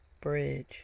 bridge